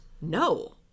No